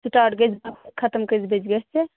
start گژھِ باہ خَتم کٔژٕ بجہِ گژھِ